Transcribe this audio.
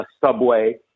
subway